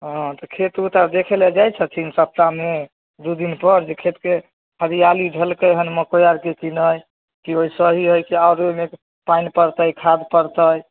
ओ तऽ खेत ओत आर देखे लऽ जाइत छथिन सप्ताहमे दू दिन पर जे खेतके हरिआली धयलकै हन मकै आर की नहि की ओहिसँ ही हय कि आर ओहिमे पानि पड़तै खाद पड़तै